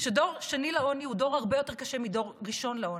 שדור שני לעוני הוא דור הרבה יותר קשה מדור ראשון לעוני,